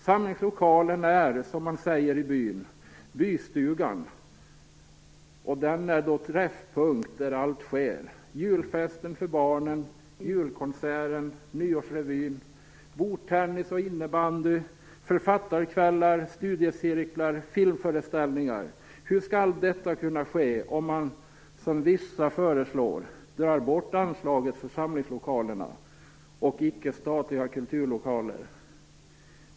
Samlingslokalen i byn är bystugan, och den är träffpunkten där allt sker: julfesten för barnen, julkonserten, nyårsrevyn, bordtennis och innebandy, författarkvällar, studiecirklar, filmföreställningar. Hur skall allt detta kunna ske om man, som vissa föreslår, drar bort anslaget för samlingslokalerna och icke-statliga kulturlokaler?